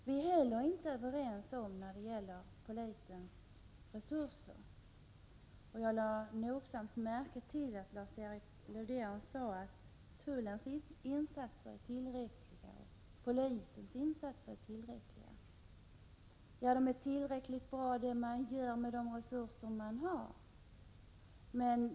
Vi är heller inte överens när det gäller polisens resurser, Jag lade nogsamt märke till att Lars-Erik Lövdén sade att tullens insatser är tillräckliga och att polisens insatser är tillräckliga. Ja, det är tillräckligt bra det man gör med de resurser man har.